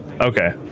Okay